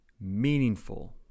meaningful